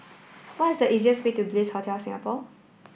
what is the easiest way to Bliss Hotel Singapore